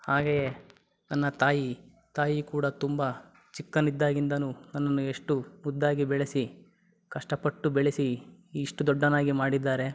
ಹಾಗೆಯೇ ನನ್ನ ತಾಯಿ ತಾಯಿ ಕೂಡ ತುಂಬ ಚಿಕ್ಕವನಿದ್ದಾಗಿಂದನೂ ನನ್ನನ್ನು ಎಷ್ಟು ಮುದ್ದಾಗಿ ಬೆಳೆಸಿ ಕಷ್ಟಪಟ್ಟು ಬೆಳೆಸಿ ಇಷ್ಟು ದೊಡ್ಡವನಾಗಿ ಮಾಡಿದ್ದಾರೆ